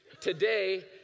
Today